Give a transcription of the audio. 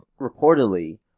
reportedly